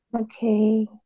okay